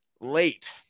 late